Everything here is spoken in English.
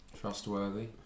Trustworthy